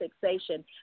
fixation